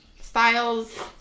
Styles